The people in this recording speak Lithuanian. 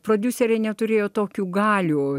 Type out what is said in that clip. prodiuseriai neturėjo tokių galių